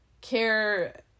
care